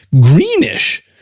greenish